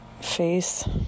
face